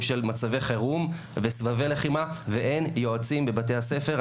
של מצבי חירום וסבבי לחימה ואין יועצים בבתי הספר.